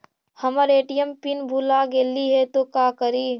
हमर ATM pin भूला गेली हे, तो का करि?